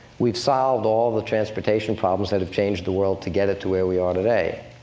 we've solved all the transportation problems that have changed the world to get it to where we are today.